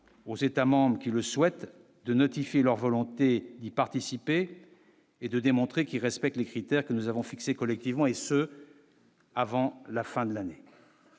aux États-membres qui le souhaitent de notifier leur volonté d'y participer et de démontrer qu'il respecte les critères que nous avons fixé collectivement et ce. Avant la fin de l'année,